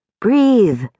Breathe